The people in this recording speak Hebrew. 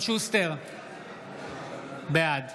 בעד